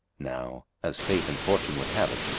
now, as fate and fortune would have it,